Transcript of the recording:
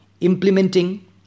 implementing